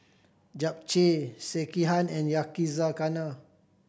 Japchae Sekihan and Yakizakana